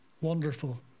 Wonderful